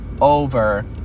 over